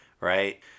right